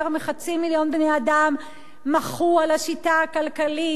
יותר מחצי מיליון בני-אדם מחו על השיטה הכלכלית,